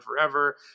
Forever